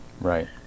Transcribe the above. right